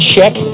Check